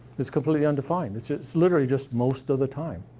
it's completely undefined. it's it's literally just most of the time.